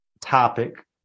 topic